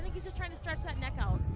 he is just trying to stretch that neck out.